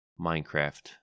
Minecraft